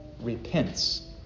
repents